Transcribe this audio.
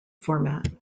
format